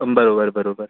बरोबर बरोबर